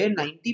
90%